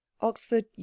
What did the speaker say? Oxford